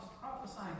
prophesying